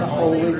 holy